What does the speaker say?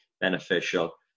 beneficial